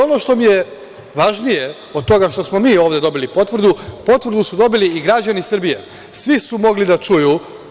Ono što mi je važnije od toga što smo mi ovde dobili potvrdu, potvrdu su dobili i građani Srbije, svi su mogli da čuju,